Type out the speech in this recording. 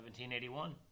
1781